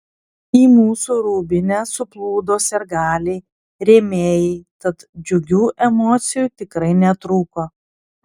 į mūsų rūbinę suplūdo sirgaliai rėmėjai tad džiugių emocijų tikrai netrūko